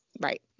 Right